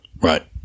Right